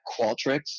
Qualtrics